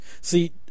see